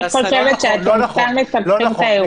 לא נכון -- אני חושבת שאתם סתם מסבכים את האירוע.